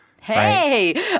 Hey